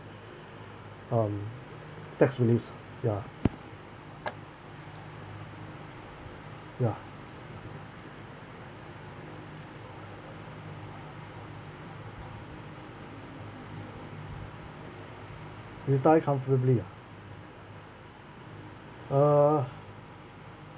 um tax reliefs ya ya retire comfortably ah uh